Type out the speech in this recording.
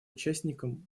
участником